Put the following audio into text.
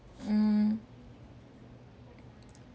mm